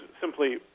simply